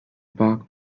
park